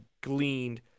gleaned